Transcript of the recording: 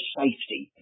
safety